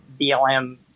BLM